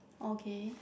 okay